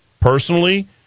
Personally